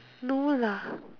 no lah